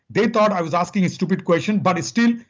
they thought i was asking a stupid question, but it still,